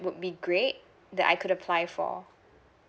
would be great that I could apply for